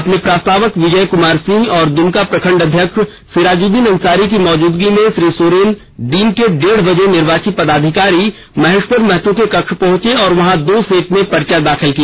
अपने प्रस्तावक विजय कुमार सिंह और दुमका प्रखंड अध्यक्ष सिराजुद्दीन अंसारी की मौजूदगी में श्रीसोरेन दिन के डेढ़ बजे निर्वाची पदाधिकारी महेश्वर महतो के कक्ष पहुंचे और वहां दो सेट में पर्चा में दाखिल किया